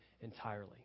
entirely